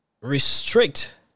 restrict